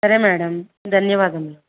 సరే మేడం ధన్యవాదములు